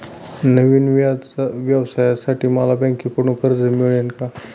नवीन व्यवसायासाठी मला बँकेकडून कर्ज मिळेल का?